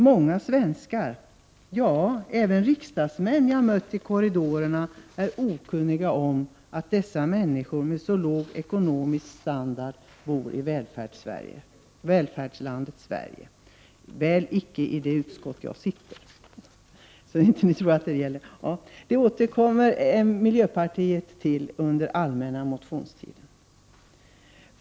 Många svenskar — ja, även riksdagsmän som jag har mött i korridorerna — är okunniga om att människor med så låg ekonomisk standard bor i välfärdslandet Sverige. Miljöpartiet återkommer till detta under allmänna motionstiden.